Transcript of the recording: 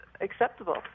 acceptable